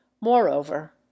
moreover